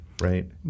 right